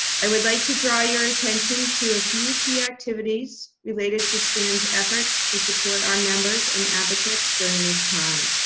i would like to draw your attention to a few key activities related to span's efforts to support our members and advocates during this time.